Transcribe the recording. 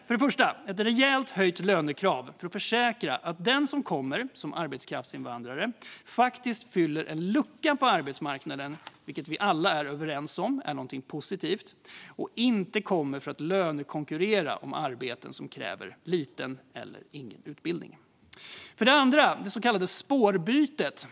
För det första behövs ett rejält höjt lönekrav för att säkra att den som kommer som arbetskraftsinvandrare faktiskt fyller en lucka på arbetsmarknaden, vilket vi alla är överens om är någonting positivt, och inte kommer för att lönekonkurrera om arbeten som kräver lite eller ingen utbildning. För det andra måste det så kallade spårbytet bort.